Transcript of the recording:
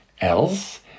else